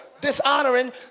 dishonoring